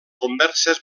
converses